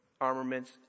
armaments